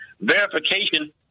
verification